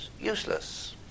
useless